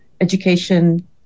education